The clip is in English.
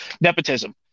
nepotism